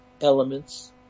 elements